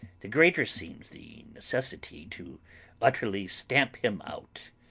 the greater seems the necessity to utterly stamp him out.